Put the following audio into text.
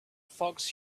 fox